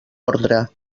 ordre